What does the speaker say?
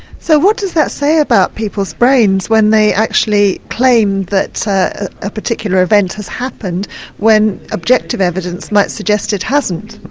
so what does that say about people's brains when they actually claim that so a particular event has happened when objective evidence might suggest it hasn't?